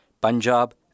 Punjab